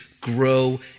grow